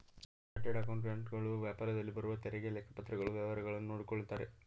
chartered accountant ಗಳು ವ್ಯಾಪಾರದಲ್ಲಿ ಬರುವ ತೆರಿಗೆ, ಲೆಕ್ಕಪತ್ರಗಳ ವ್ಯವಹಾರಗಳನ್ನು ನೋಡಿಕೊಳ್ಳುತ್ತಾರೆ